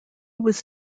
was